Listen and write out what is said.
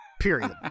Period